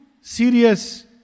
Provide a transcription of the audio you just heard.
serious